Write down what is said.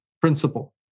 principle